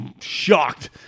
shocked